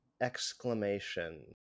exclamation